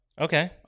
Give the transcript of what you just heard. okay